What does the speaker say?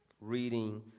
reading